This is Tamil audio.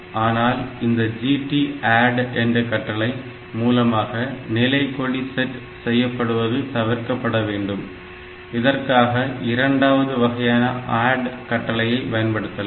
ஆனால் இந்த GTADD என்ற கட்டளை மூலமாக நிலை கொடி செட் செய்யப்படுவது தவிர்க்கப்பட வேண்டும் இதற்காக இரண்டாவது வகையான ADD கட்டளையை பயன்படுத்தலாம்